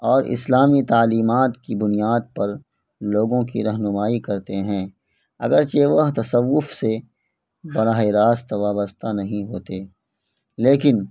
اور اسلامی تعلیمات کی بنیاد پر لوگوں کی رہنمائی کرتے ہیں اگرچہ وہ تصوف سے براہ راست وابستہ نہیں ہوتے لیکن